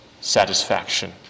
satisfaction